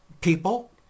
people